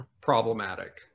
problematic